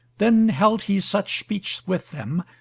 then held he such speech with them,